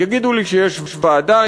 יגידו לי שיש ועדה,